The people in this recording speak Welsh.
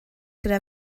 gyda